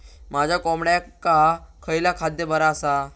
माझ्या कोंबड्यांका खयला खाद्य बरा आसा?